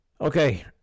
okay